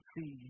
See